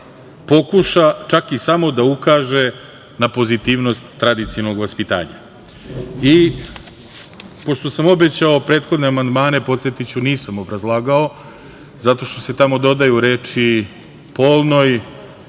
pokuša čak i samo da ukaže na pozitivnost tradicionalnog vaspitanja. Pošto sam obećao, prethodne amandmane, podsetiću, ja nisam obrazlagao, zato što se tamo dodaju reči „polnoj“